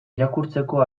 irakurtzeko